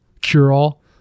cure-all